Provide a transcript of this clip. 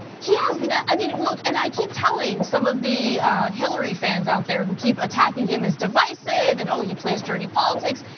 he has not, i mean look. and i keep telling some of the hilary fans out there who keep attacking him as divisive and he plays dirty politics.